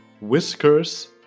Whiskers